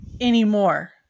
anymore